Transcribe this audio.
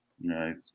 Nice